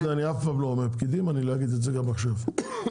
מי קורא?